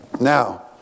Now